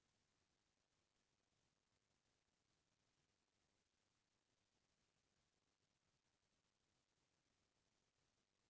इहॉं के मनसे अउ सरकार हमेसा गांधी बबा के बताए अहिंसा के रस्ता म चलना चाहथें